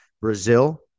Brazil